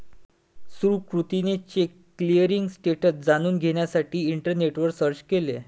सुकृतीने cheque clearing status जाणून घेण्यासाठी इंटरनेटवर सर्च केले